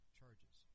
charges